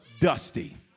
dusty